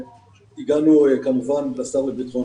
הגענו עם זה כמובן לשר לביטחון